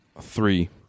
three